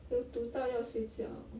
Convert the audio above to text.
有读到要睡觉